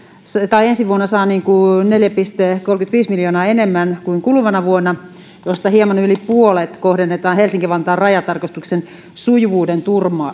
saa neljä pilkku kolmekymmentäviisi miljoonaa enemmän kuin kuluvana vuonna ja siitä hieman yli puolet kohdennetaan helsinki vantaan rajatarkastuksen sujuvuuden